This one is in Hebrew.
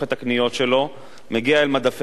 הצעת החוק הזו באה להגביר את השקיפות ואת התחרות בתחומי